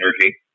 energy